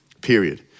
Period